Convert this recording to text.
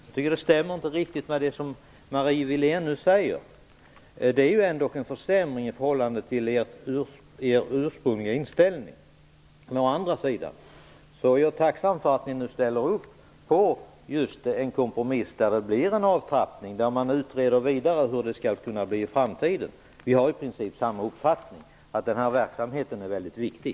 Jag tycker att detta inte riktigt stämmer med det som Marie Wilén nu säger. Det innebär ju dock en försämring i förhållande till er ursprungliga inställning. Å andra sidan är jag tacksam för att ni nu ställer upp på en kompromiss som innebär en avtrappning och att man utreder vidare hur det skall bli i framtiden. Vi har i princip samma uppfattning, att verksamheten är väldigt viktig.